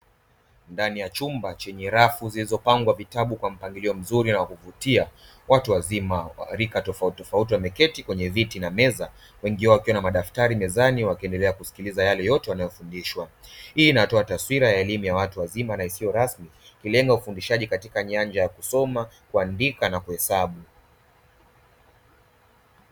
Ndani ya chumba chenye rafu zilizopangwa vitabu kwa mpangilio mzuri na wakuvutia, watu wazima wa rika tofauti tofauti wameketi kwenye viti na meza wengi wao wakiwa na madaftari mezani wakiendelea kusikiliza yale yote wanayofundishwa. Hii inatoa taswira ya elimu ya watu wazima na isiyo rasmi ikilenga ufundishaji katika nyanja ya kusoma, kuandika na kuhesabu.